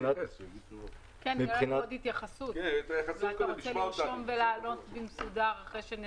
אולי אתה רוצה לרשום ולענות במסודר, אחרי ש-